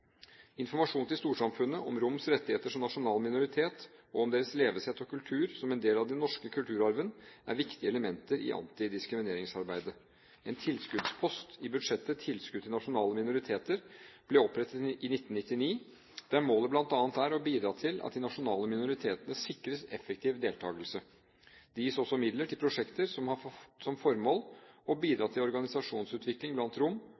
til storsamfunnet om romenes rettigheter som nasjonal minoritet og om deres levesett og kultur som del av den norske kulturarven, er viktige elementer i antidiskrimineringsarbeidet. En tilskuddspost i budsjettet – Tilskudd til nasjonale minoriteter – ble opprettet i 1999, der målet bl.a. er å bidra til at de nasjonale minoritetene sikres effektiv deltakelse. Det gis også midler til prosjekter som har som formål å bidra til organisasjonsutvikling blant